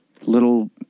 little